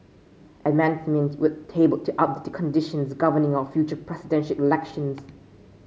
amendments were tabled to up the conditions governing our future Presidential Elections